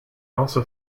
also